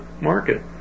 market